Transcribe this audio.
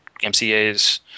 MCA's